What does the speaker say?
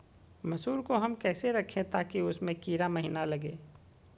मसूर को हम कैसे रखे ताकि उसमे कीड़ा महिना लगे?